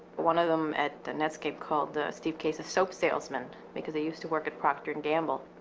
one of them at netscape called steve case a soap salesman because he used to work at proctor and gamble.